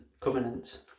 covenant